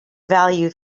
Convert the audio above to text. value